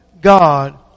God